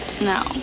no